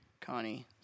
Connie